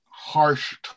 harsh